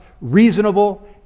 reasonable